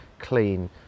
clean